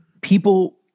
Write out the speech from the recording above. People